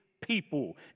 people